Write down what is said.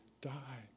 die